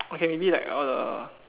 okay maybe like all the